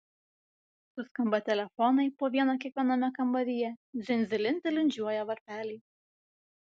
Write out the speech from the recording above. suskamba telefonai po vieną kiekviename kambaryje dzin dzilin tilindžiuoja varpeliai